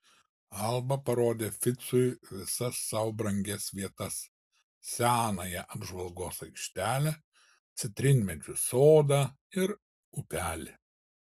alba parodė ficui visas sau brangias vietas senąją apžvalgos aikštelę citrinmedžių sodą ir upelį